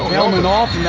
helmet off.